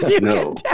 No